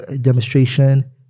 demonstration